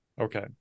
Okay